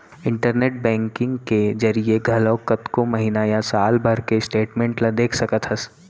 internet banking के जरिए घलौक कतको महिना या साल भर के स्टेटमेंट ल देख सकत हस